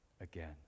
again